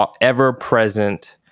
ever-present